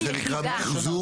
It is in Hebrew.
זה נקרא מחזור?